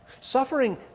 Suffering